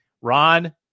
Ron